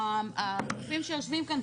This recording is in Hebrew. והגופים שיושבים כאן,